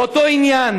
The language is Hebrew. באותו עניין: